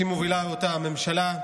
שמובילה אותה הממשלה.